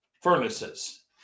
furnaces